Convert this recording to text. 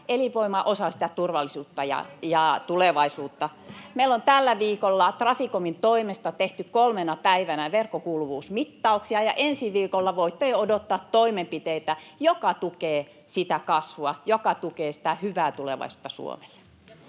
elinvoimaa, osa sitä turvallisuutta ja tulevaisuutta. Meillä on tällä viikolla Traficomin toimesta tehty kolmena päivänä verkkokuuluvuusmittauksia, ja ensi viikolla voitte jo odottaa toimenpiteitä, jotka tukevat sitä kasvua, joka tukee sitä hyvää tulevaisuutta Suomelle.